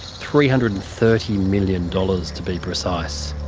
three hundred and thirty million dollars to be precise.